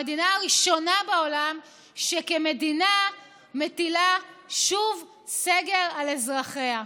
המדינה הראשונה בעולם שכמדינה מטילה שוב סגר על אזרחיה.